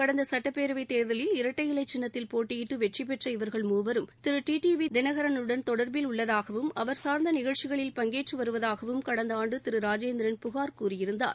கடந்த சட்டப்பேரவைத் தேர்தலில் இரட்டை இலைச் சின்னத்தில் போட்டியிட்டு வெற்றி பெற்ற இவர்கள் மூவரும் திரு டிடிவி தினகரனுடன் தொடர்பில் உள்ளதாகவும் அவர் சார்ந்த நிகழ்ச்சிகளில் பங்கேற்று வருவதாகவும் கடந்த ஆண்டு திரு ராஜேந்திரன் புகார் கூறியிருந்தார்